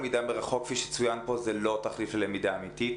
למידה מרחוק כפי שצוין פה זה לא תחליף ללמידה אמיתית,